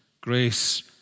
Grace